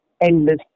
endless